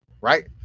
right